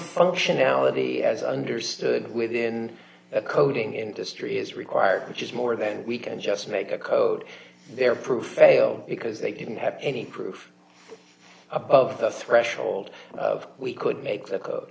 functionality as understood within the coding industry is required which is more than we can just make a code there proof failed because they didn't have any proof above the threshold of we could make the code